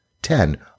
Ten